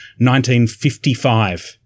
1955